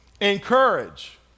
Encourage